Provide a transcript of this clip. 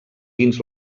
dins